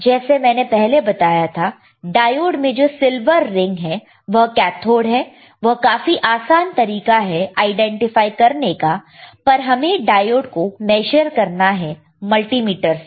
जैसे मैंने पहले बताया था डायोड में जो सिल्वर रिंग है वह कैथोड है यह काफी आसान तरीका है आईडेंटिफाई करने का पर हमें डायोड को मेजर करना है मल्टीमीटर से